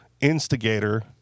instigator